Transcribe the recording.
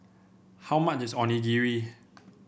how much is Onigiri